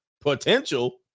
Potential